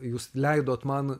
jūs leidot man